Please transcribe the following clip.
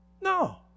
No